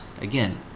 again